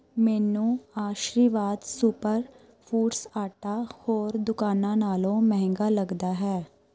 ਮੈਨੂੰ Aashirvaad super foods ਆਟਾ ਹੋਰ ਦੁਕਾਨਾਂ ਨਾਲੋਂ ਮਹਿੰਗਾ ਲੱਗਦਾ ਹੈ